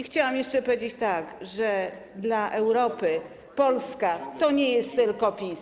Chciałam jeszcze powiedzieć, że dla Europy Polska to nie tylko PiS.